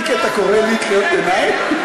מיקי, אתה קורא לי קריאות ביניים?